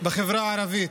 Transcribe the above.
בחברה הערבית,